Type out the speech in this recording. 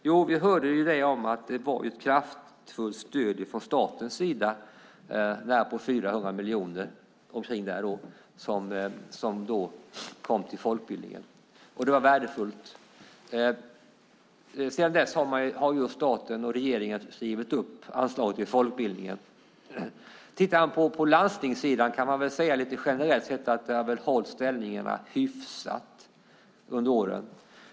Jo, vi hörde att det var ett kraftfullt stöd från statens sida på 400 miljoner kronor som kom till folkbildningen, och det var värdefullt. Sedan dess har staten och regeringen skrivit upp anslaget till folkbildningen. Man kan titta på landstingssidan. Man kan väl säga generellt att de där har hållit ställningarna hyfsat under åren.